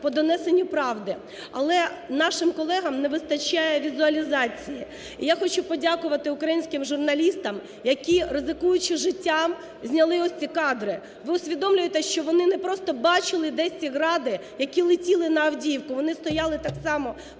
по донесенню правди. Але нашим колегам не вистачає візуалізації. І я хочу подякувати українським журналістам, які ризикуючи життям, зняли ось ці кадри. Ви усвідомлюєте, що вони не просто бачили десь ці "Гради", які летіли на Авдіївку. Вони стояли так само